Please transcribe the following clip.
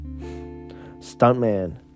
Stuntman